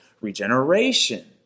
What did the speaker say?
regeneration